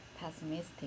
pessimistic